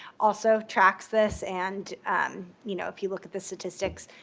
also tracks this. and you know if you look at the statistics,